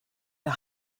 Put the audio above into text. der